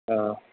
ஆ ஆ